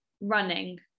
running